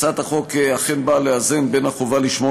הצעת החוק אכן באה לאזן בין החובה לשמור